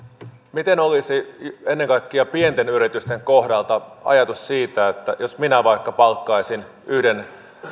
miten olisi ennen kaikkea pienten yritysten kohdalla ajatus siitä että jos minä vaikka palkkaisin yhden